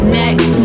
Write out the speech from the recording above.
next